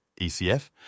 ECF